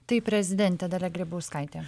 tai prezidentė dalia grybauskaitė